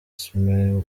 ssemwanga